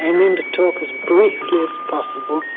mean to talk as briefly